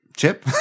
Chip